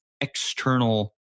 external